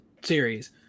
series